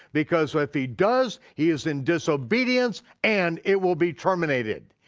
because if he does, he is in disobedience and it will be terminated.